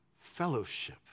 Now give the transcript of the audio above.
fellowship